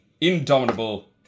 indomitable